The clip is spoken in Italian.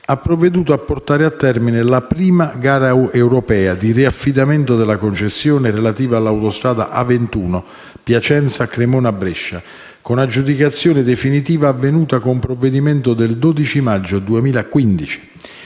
ha provveduto a portare a termine la prima gara europea di riaffidamento della concessione relativa all'autostrada A21 Piacenza-Cremona-Brescia, con aggiudicazione definitiva avvenuta con provvedimento del 12 maggio 2015.